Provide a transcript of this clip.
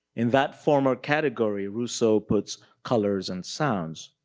in that former category, russo puts colors and sounds.